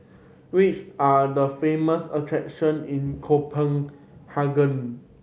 which are the famous attraction in Copenhagen